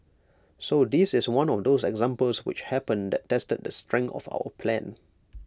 so this is one of those examples which happen that tested the strength of our plan